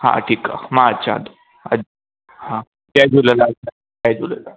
हा ठीकु आहे मां अचां थो अ हा जय झूलेलाल जय झूलेलाल